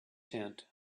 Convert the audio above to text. tent